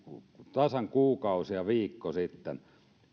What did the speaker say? tasan kuukausi ja viikko sitten